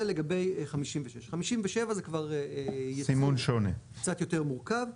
זה לגבי 56. 57 זה כבר ייצור קצת יותר מורכב.